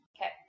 Okay